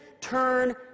turn